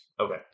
Okay